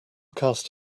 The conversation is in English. cast